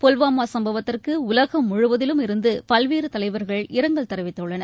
புல்வாமா சம்பவத்திற்கு உலகம் முழுவதிலும் இருந்து பல்வேறு தலைவர்கள் இரங்கல் தெரிவித்துள்ளனர்